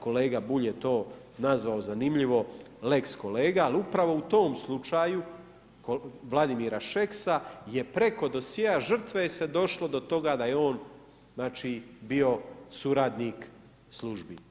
Kolega Bulj je to nazvao zanimljivo, lex-kolega, ali upravo u tom slučaju Vladimira Šeksa je preko dosjea žrtve je se došlo do toga da je on znači, bio suradnik službi.